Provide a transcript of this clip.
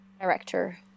director